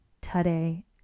today